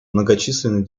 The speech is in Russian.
многочисленные